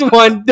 one